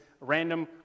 random